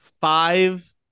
five